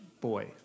boy